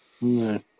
No